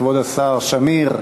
כבוד השר שמיר,